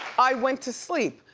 i went to sleep.